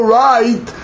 right